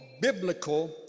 biblical